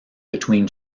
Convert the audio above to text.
between